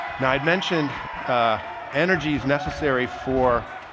now i'd mentioned energies necessary for